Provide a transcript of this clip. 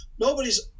Nobody's